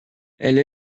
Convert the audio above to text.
elle